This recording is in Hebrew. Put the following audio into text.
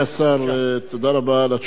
תודה רבה על התשובה,